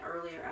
earlier